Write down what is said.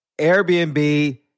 Airbnb